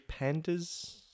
pandas